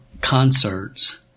concerts